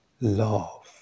Love